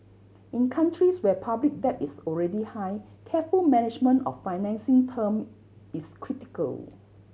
in countries where public debt is already high careful management of financing terms is critical